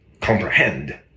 comprehend